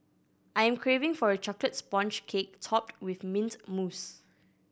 I am craving for a chocolate sponge cake topped with mint mousse